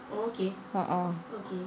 uh uh